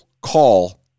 call